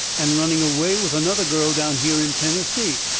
and running away with another girl down here in tennessee.